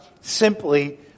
simply